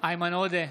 איימן עודה,